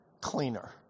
cleaner